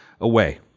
away